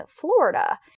Florida